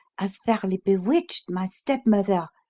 has fairly bewitched my stepmother,